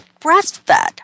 breastfed